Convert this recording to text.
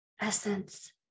essence